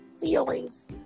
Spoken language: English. feelings